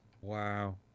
Wow